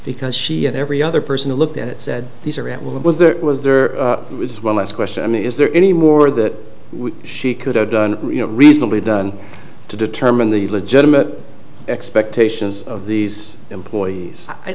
because she and every other person who looked at it said these are it was there it was there was one last question i mean is there any more that we should could have done you know reasonably done to determine the legitimate expectations of these employees i